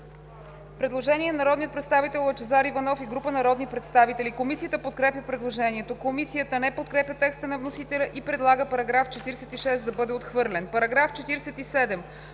предложение от народния представител Лъчезар Иванов и група народни представители. Комисията подкрепя предложението. Комисията не подкрепя текста на вносителя и предлага § 46 да бъде отхвърлен. По § 47